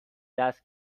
دست